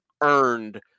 earned